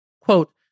quote